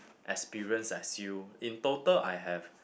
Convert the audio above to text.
experience as you in total I have